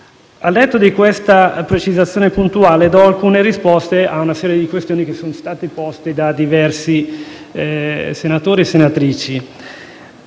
Al netto di questa precisazione puntuale, do alcune risposte ad una serie di questioni che sono state poste da diversi senatori e senatrici.